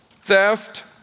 theft